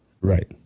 Right